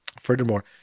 Furthermore